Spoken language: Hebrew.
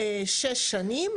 שש שנים,